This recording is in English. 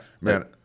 man